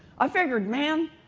i figured, man,